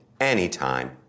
anytime